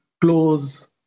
clothes